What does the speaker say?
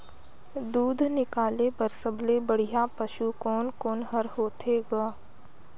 दूध निकाले बर सबले बढ़िया पशु कोन कोन हर होथे ग?